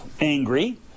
angry